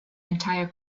entire